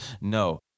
No